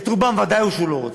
את רובם ודאי שהוא לא רוצה,